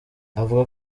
avuga